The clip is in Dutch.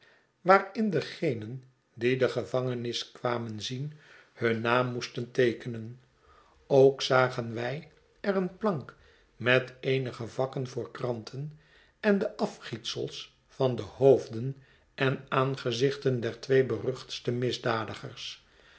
waarin degenen die de gevangenis kwamen zien hun naam moesten teekehen ook zagen wij er een plank met eenige vakken voor kranten en de af gietsels van de hoofden en aangezichten der twee beruchtste misdadigers